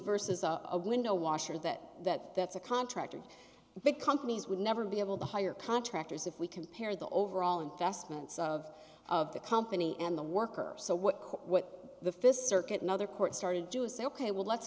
versus a window washer that that that's a contractor the companies would never be able to hire contractors if we compare the overall investments of of the company and the workers so what what the fifth circuit another court started do is say ok well let's